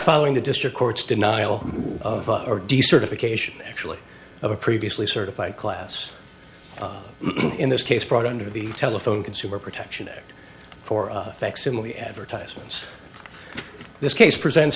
following the district court's denial or decertification actually of a previously certified class in this case brought under the telephone consumer protection act for facsimile advertisements this case presents